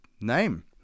name